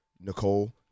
Nicole